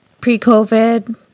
pre-COVID